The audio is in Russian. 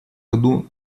году